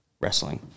wrestling